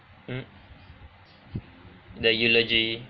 mm the eulogy